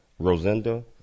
Rosenda